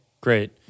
great